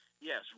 Yes